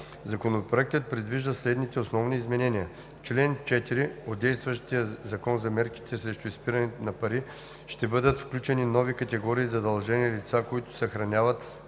на пари се предвиждат следните промени: В чл. 4 от действащия Закон за мерките срещу изпирането на пари ще бъдат включени нови категории задължени лица, които съхраняват,